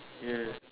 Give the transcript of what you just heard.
ya